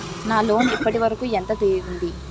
నా లోన్ ఇప్పటి వరకూ ఎంత తీరింది?